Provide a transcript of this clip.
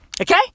okay